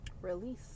release